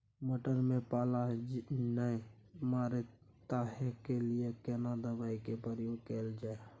मटर में पाला नैय मरे ताहि के लिए केना दवाई के प्रयोग कैल जाए?